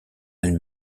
elle